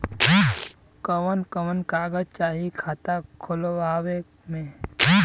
कवन कवन कागज चाही खाता खोलवावे मै?